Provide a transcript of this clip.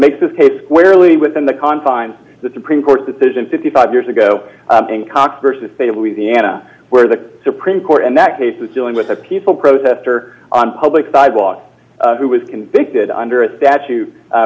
makes this case squarely within the confines of the supreme court's decision fifty five years ago in cox versus state of louisiana where the supreme court in that case is dealing with a peaceful protest or on public sidewalk who was convicted under a statute